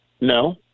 no